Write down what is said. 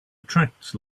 attracts